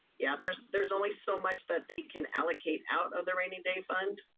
yeah, there's there's only so much that they can allocate out of the rainy day fund.